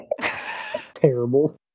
Terrible